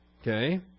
okay